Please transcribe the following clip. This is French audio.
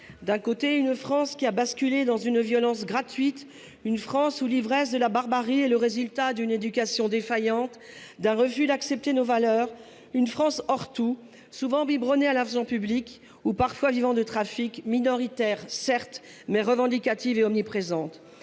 D’un côté, une France qui a basculé dans une violence gratuite, une France où l’ivresse de la barbarie est le résultat d’une éducation défaillante et d’un refus d’accepter nos valeurs, une France « hors tout », souvent biberonnée à l’argent public ou vivant parfois de trafics, une France minoritaire certes, mais revendicative et omniprésente.